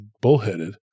Bullheaded